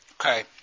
Okay